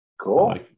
Cool